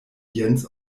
jens